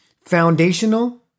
foundational